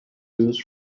reviews